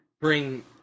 bring